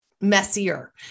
messier